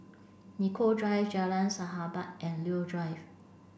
Nicoll Drive Jalan Sahabat and Leo Drive